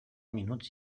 minuts